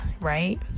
right